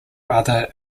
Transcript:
other